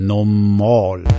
Normal